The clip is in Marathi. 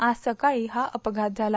आज सकाळी हा अपघात झाला